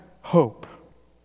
hope